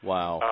Wow